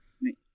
Nice